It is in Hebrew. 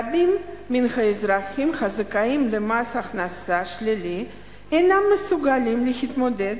רבים מן האזרחים הזכאים למס הכנסה שלילי אינם מסוגלים להתמודד